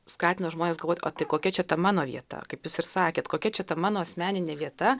skatino žmones galvot o tai kokia čia ta mano vieta kaip jūs ir sakėt kokia čia ta mano asmeninė vieta